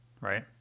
right